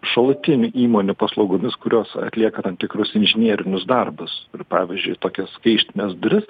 šalutinių įmonių paslaugomis kurios atlieka tam tikrus inžinerinius darbus ir pavyzdžiui tokias kaištines duris